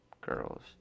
girls